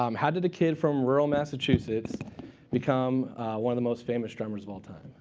um how did a kid from rural massachusetts become one of the most famous drummers of all time?